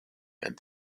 and